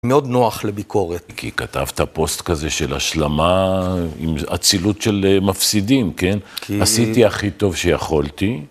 מאוד נוח לביקורת. כי כתבת פוסט כזה של השלמה, עם אצילות של מפסידים, כן? כי... עשיתי הכי טוב שיכולתי.